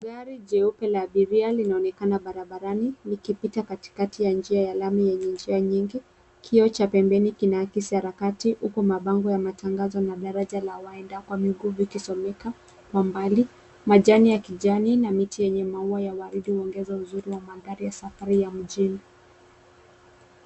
Gari jeupe la abiria linaonekana barabarani likipita katikati ya njia ya lami yenye njia nyingi. Kioo cha pembeni kinaakisi harakati huku mabango ya matangazo na daraja la waenda kwa miguu vikisomeka kwa mbali. Majani ya kijani na miti yenye maua ya waridi huongeza uzuri wa mandhari ya safari ya mjini.